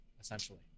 essentially